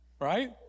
Right